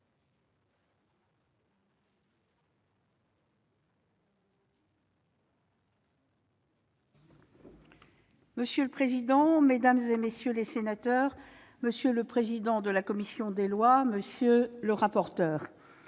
Monsieur le président, mesdames, messieurs les sénateurs, monsieur le président de la commission des lois, monsieur le rapporteur,